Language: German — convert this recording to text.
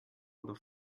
oder